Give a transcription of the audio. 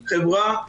חברה,